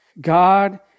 God